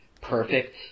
perfect